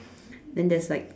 then there's like